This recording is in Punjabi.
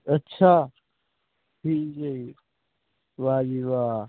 ਅੱਛਾ ਠੀਕ ਹੈ ਜੀ ਵਾਹ ਜੀ ਵਾਹ